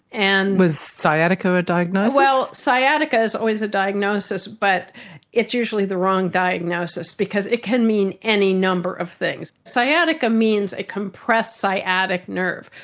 and was sciatica a diagnosis? well, sciatica is always the diagnosis but it's usually the wrong diagnosis, because because it can mean any number of things. sciatica means a compressed sciatic nerve.